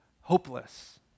hopeless